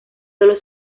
solo